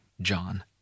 John